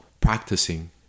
practicing